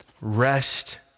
rest